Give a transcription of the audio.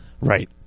Right